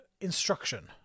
instruction